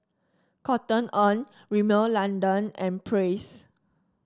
Cotton On Rimmel London and Praise